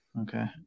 Okay